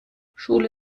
schule